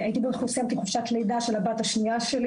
סיימתי חופשת לידה של הבת השנייה שלי